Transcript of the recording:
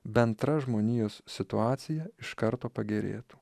bendra žmonijos situacija iš karto pagerėtų